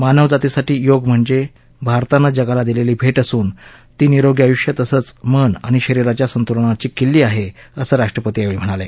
मानवजातीसाठी योग म्हणजे भारतानं जगाला दिलेली भेट असून ती निरोगी आयुष्य तसंच मन आणि शरीराच्या संतुलनाची किल्ली आहे असं राष्ट्रपती यावेळी म्हणाले